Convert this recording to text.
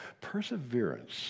Perseverance